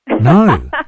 No